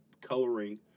coloring